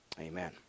Amen